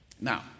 Now